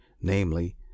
NAMELY